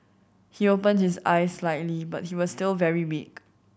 he opened his eyes slightly but he was still very weak